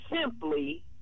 simply